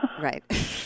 right